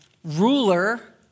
ruler